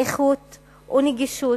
איכות ונגישות,